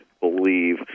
believe